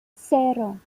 cero